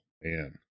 man